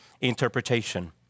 interpretation